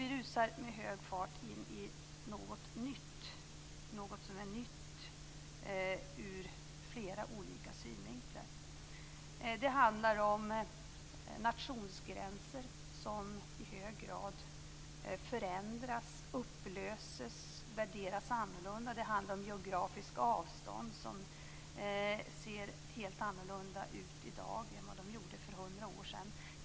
Vi rusar med hög fart in i något som är nytt ur flera olika synvinklar. Det handlar om nationsgränser som i hög grad förändras, upplöses, värderas annorlunda. Det handlar om geografiska avstånd som ser helt annorlunda ut i dag än de gjorde för hundra år sedan.